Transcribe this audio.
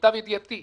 למיטב ידיעתי,